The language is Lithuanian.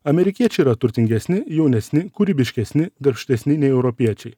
amerikiečiai yra turtingesni jaunesni kūrybiškesni darbštesni nei europiečiai